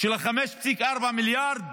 של 5.4 מיליארד